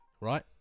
right